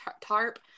tarp